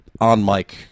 on-mic